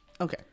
Okay